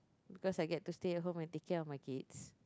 because I get to stay at home and take care of my kids